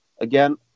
again